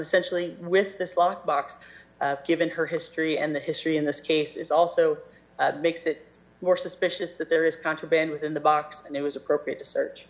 essentially with this lockbox given her history and the history in this case it's also makes it more suspicious that there is contraband in the box and it was appropriate to search